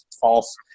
false